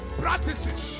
practices